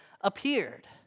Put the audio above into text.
appeared